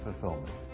fulfillment